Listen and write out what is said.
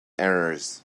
errors